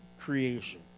creation